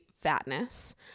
fatness